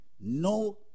no